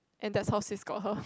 and that's how sis got her